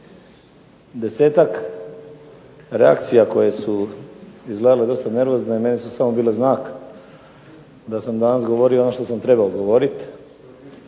10-tak reakcija koje su izgledale dosta nervozne meni su bile samo znak da sam danas govorio ono što sam trebao govoriti,